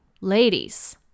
ladies